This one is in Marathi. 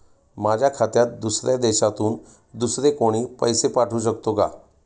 माझ्या खात्यात दुसऱ्या देशातून दुसरे कोणी पैसे पाठवू शकतो का?